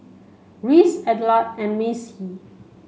Reese Adelard and Macy